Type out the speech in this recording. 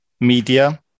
media